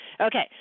Okay